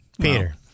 Peter